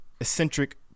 eccentric